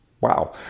Wow